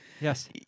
yes